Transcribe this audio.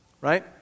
Right